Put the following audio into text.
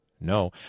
No